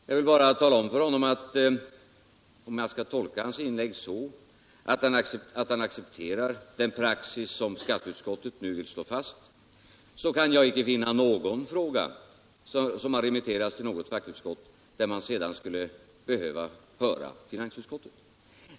Jag vill bara tala om för honom — om jag skall tolka hans inlägg så att han accepterar den praxis som skatteutskottet nu vill slå fast — att jag icke kan finna någon fråga som har remitterats till något fackutskott där man sedan skulle behöva höra finansutskottet.